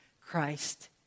Christ